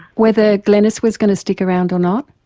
whether glenys was going to stick around or not?